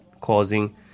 causing